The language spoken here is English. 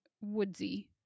woodsy